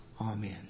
Amen